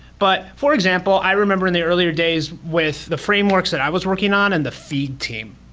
but for example, i remember in the earlier days with the frameworks that i was working on and the feed team,